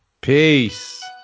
Peace